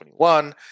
2021